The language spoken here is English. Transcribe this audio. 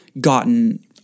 gotten –